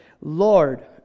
Lord